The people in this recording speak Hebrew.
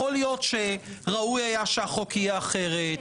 יכול להיות שראוי היה שהחוק יהיה אחרת,